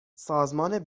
سازمان